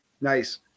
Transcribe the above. nice